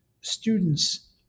students